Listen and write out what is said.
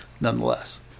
nonetheless